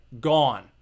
Gone